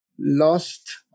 lost